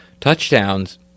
touchdowns